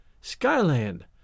Skyland